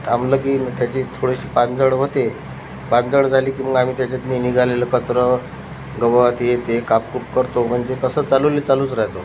थांबलं की ना त्याची थोडीशी पानझड होते पानझड झाली की आम्ही त्याच्यातून निघालेलं कचरं गवत हे ते कापकुप करतो म्हणजे कसं चालूला चालूच राहतो